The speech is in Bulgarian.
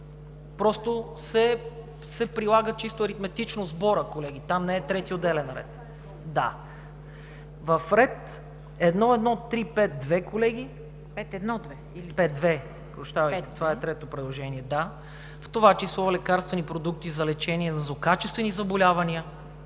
просто се прилага чисто аритметично сборът, колеги, там не е трети отделен ред. В ред 1.1.3.5.2., колеги, „в това число лекарствени продукти за лечение на злокачествени заболявания,